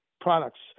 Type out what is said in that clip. products